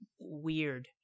weird